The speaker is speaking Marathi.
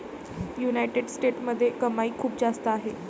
युनायटेड स्टेट्समध्ये कमाई खूप जास्त आहे